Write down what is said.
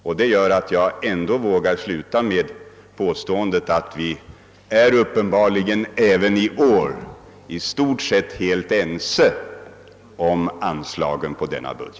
Jag vågar därför sluta med att påstå, att vi uppenbarligen även i år i stort sett är helt ense om dessa anslag.